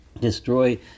destroy